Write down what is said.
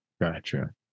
Gotcha